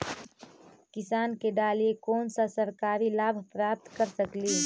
किसान के डालीय कोन सा सरकरी लाभ प्राप्त कर सकली?